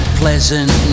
pleasant